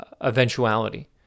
eventuality